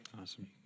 awesome